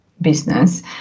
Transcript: business